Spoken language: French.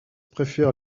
préfère